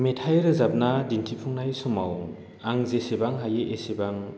मेथाइ रोजाबना दिन्थिफुंनाय समाव आं जेसेबां हायो एसेबां